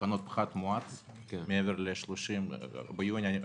פחת מואץ מעבר ל-30 ביוני.